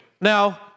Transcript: Now